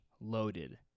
loaded